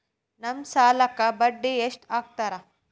ನಮ್ ಸಾಲಕ್ ಬಡ್ಡಿ ಎಷ್ಟು ಹಾಕ್ತಾರ?